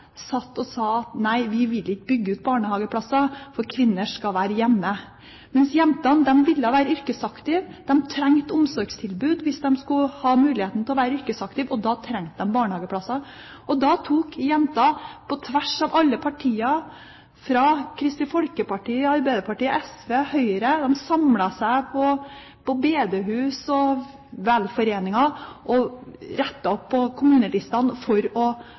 satt og sa at nei, vi vil ikke bygge ut barnehageplasser, for kvinner skal være hjemme. Men jentene ville være yrkesaktive. De trengte omsorgstilbud hvis de skulle ha mulighet til å være yrkesaktive. Da trengte de barnehageplasser. Jenter på tvers av alle partier, fra Kristelig Folkeparti og Høyre til Arbeiderpartiet og SV, samlet seg på bedehus og i velforeninger og rettet opp kommunelistene for å